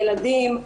ילדים,